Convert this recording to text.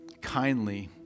kindly